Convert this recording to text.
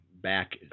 back